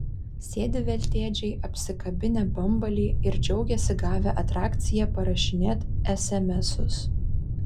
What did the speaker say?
sėdi veltėdžiai apsikabinę bambalį ir džiaugiasi gavę atrakciją parašinėt esemesus